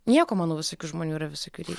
nieko manau visokių žmonių yra visokių reikia